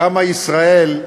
כמה ישראל,